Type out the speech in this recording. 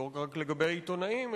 לא רק לגבי עיתונאים,